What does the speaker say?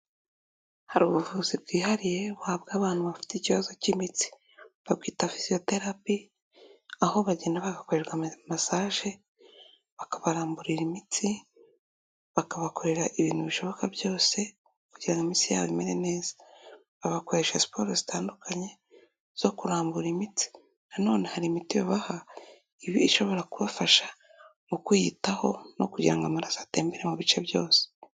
Hari ubuvuzi bwihariye buhabwa abantu bafite ikibazo cy'imitsi, babwita Physiotherapy, aho bagenda bagakorerwa masaje, bakabaramburira imitsi, bakabakorera ibintu bishoboka byose kugira imitsi yabo imere neza, bagakoresha siporo zitandukanye zo kurambura imitsi, nanone hari imiti babaha iba ishobora kubafasha mu kwiyitaho no kugira ngo amaraso atembere mu bice byose.